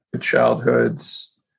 childhoods